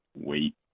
wait